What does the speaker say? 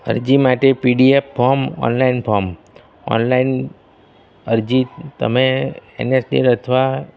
અરજી માટે PDF form online form online અરજી તમે એન એસ ડી એન અથવા